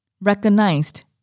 recognized